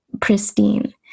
pristine